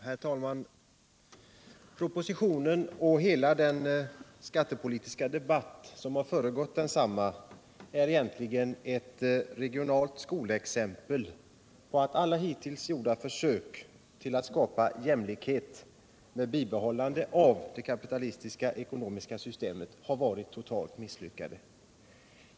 Herr talman! Propositionen — och hela den skattepolitiska debatt som föregått densamma — är egentligen ett skolexempel på att alla hittills gjorda försök att skapa regional jämlikhet med bibehållande av det kapitalistiska ekonomiska systemet har varit totalt misslyckade.